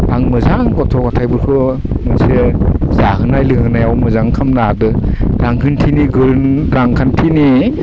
आं मोजां गथ' गथायफोरखौ मोनसे जाहोनाय लोंहोनायाव मोजां खालामनो हादों रांखान्थिनि गोहो रांखान्थिनि